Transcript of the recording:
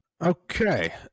Okay